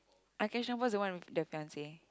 I catch no ball is the one with the fiance